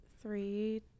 three